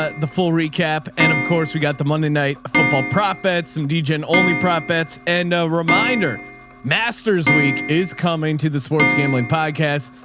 ah the full recap. and of course we got the monday night football prop bets, some dj and only prop bets and a reminder masters week is coming to the sports gambling podcast.